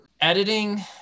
editing